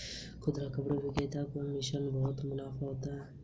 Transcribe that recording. खुदरा कपड़ा विक्रेता को मिशो बहुत मुनाफा देती है